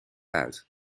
uit